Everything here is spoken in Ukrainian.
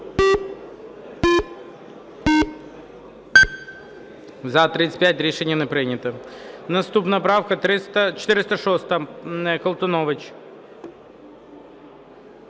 За-35 Рішення не прийнято. Наступна правка 406, Колтунович.